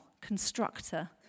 constructor